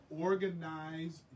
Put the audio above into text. organize